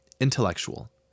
Intellectual